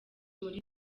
muri